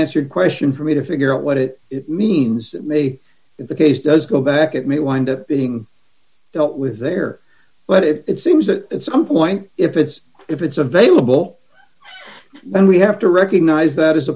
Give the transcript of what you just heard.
mansard question for me to figure out what it means maybe the case does go back and may wind up being dealt with there but if it seems that some point if it's if it's available and we have to recognize that as a